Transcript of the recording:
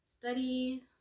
study